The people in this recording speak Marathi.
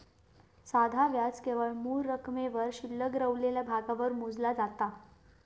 साधा व्याज केवळ मूळ रकमेवर शिल्लक रवलेल्या भागावर मोजला जाता